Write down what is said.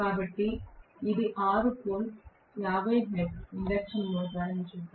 కాబట్టి ఇది 6 pole 50 hertz induction motor అని చూద్దాం